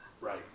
Right